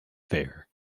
fair